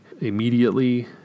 immediately